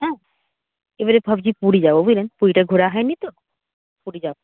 হ্যাঁ এবারে ভাবছি পুরী যাবো বুঝলেন পুরীটা ঘোরা হয় নি তো পুরী যাবো